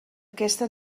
aquesta